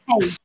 hey